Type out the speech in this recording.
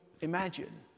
imagine